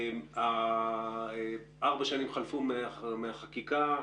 ארבע שנים חלפו מהחקיקה.